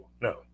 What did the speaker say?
No